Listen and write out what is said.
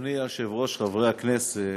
אדוני היושב-ראש, חברי הכנסת,